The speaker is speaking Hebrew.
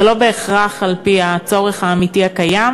אז זה לא בהכרח על-פי הצורך האמיתי הקיים